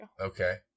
Okay